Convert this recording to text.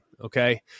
okay